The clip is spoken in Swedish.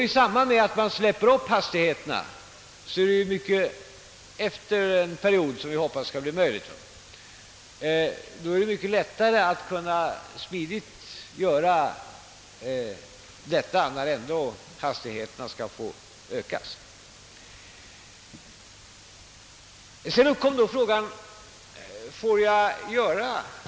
I samband med att man återigen höjer hastighetsgränserna är det mycket lättare ati smidigt införa dessa differentierade hastighetsgränser, eftersom fartgränserna då ändå skall ändras. Sedan uppkom då frågan: Får jag vidta en sådan här åtgärd?